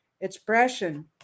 expression